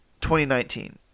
2019